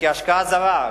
כהשקעה זרה,